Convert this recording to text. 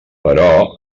però